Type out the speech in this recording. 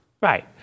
right